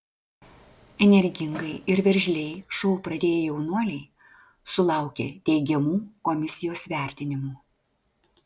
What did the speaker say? energingai ir veržliai šou pradėję jaunuoliai sulaukė teigiamų komisijos vertinimų